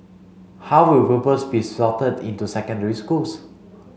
how will pupils be sorted into secondary schools